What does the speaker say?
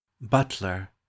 Butler